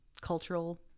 cultural